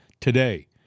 today